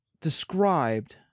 described